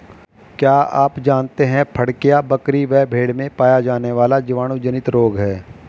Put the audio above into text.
क्या आप जानते है फड़कियां, बकरी व भेड़ में पाया जाने वाला जीवाणु जनित रोग है?